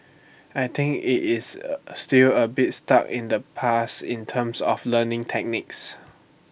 I think IT is A still A bit stuck in the past in terms of learning techniques